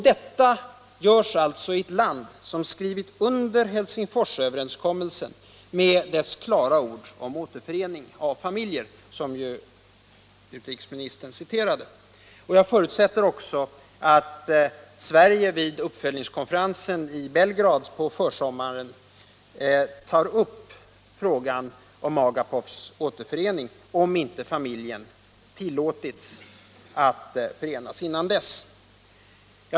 Detta sker i ett land som skrivit under Helsingforsöverenskommelsen med dess klara ord om återförening av familjer, som utrikesministern citerade. Jag förutsätter att Sverige vid uppföljningskonferensen i Belgrad på försommaren tar upp frågan om familjen Agapovs återförening, om inte familjen tillåtits att förenas innan dess.